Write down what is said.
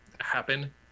happen